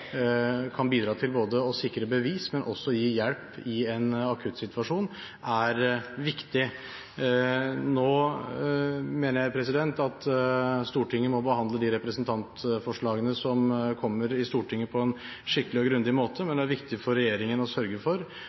kan bidra til både å sikre bevis og gi hjelp i en akuttsituasjon, er viktig. Nå mener jeg at Stortinget må behandle de representantforslagene som kommer i Stortinget, på en skikkelig og grundig måte. Men det er viktig for regjeringen å sørge for